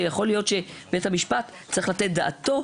ויכול להיות שבית המשפט צריך לתת דעתו